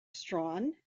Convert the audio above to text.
strahan